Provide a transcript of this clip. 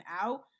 out